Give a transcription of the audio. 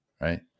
right